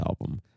album